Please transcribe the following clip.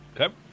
okay